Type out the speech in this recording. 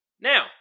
Now